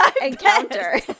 encounter